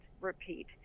repeat